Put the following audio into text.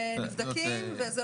ונבדקים.